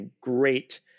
great